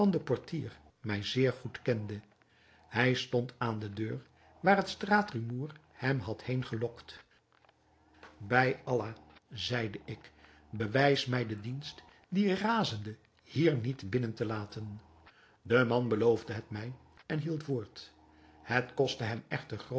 portier mij zeer goed kende hij stond aan de deur waar het straatrumoer hem had heen gelokt bij allah zeide ik bewijs mij de dienst dien razende hier niet binnen te laten de man beloofde het mij en hield woord het kostte hem echter